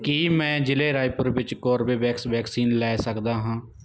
ਕੀ ਮੈਂ ਜਿਲ੍ਹੇ ਰਾਏਪੁਰ ਵਿੱਚ ਕੋਰਬੇਵੈਕਸ ਵੈਕਸੀਨ ਲੈ ਸਕਦਾ ਹਾਂ